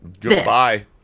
Goodbye